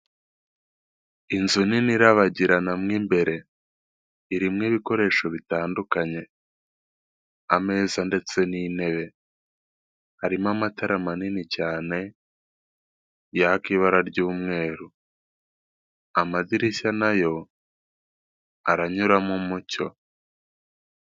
Inzu nini irabagirana mo imbere, irimo ibikoresho bitandukanye, ameza ndetse n'intebe, harimo amatara manini cyane yaka ibara ry'umweru. Amadirishya na yo aranyuramo umucyo.